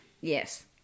Yes